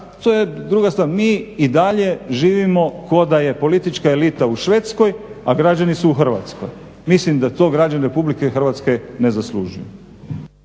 to je druga stvar. Mi i dalje živimo kao da je politička elita u Švedskoj, a građani su u Hrvatskoj. Mislim da to građani RH ne zaslužuju.